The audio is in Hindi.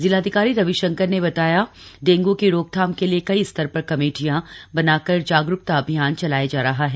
जिलाधिकारी रविशंकर ने बताया डेंगू की रोकथाम के लिए कई स्तर पर कमेटियां बनाकर जागरूकता अभियान चलाया जा रहा है